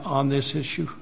on this issue